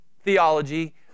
theology